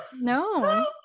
No